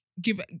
give